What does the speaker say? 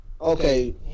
okay